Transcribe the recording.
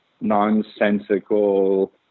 nonsensical